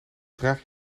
draag